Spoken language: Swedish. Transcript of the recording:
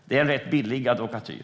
Det är en rätt billig advokatyr.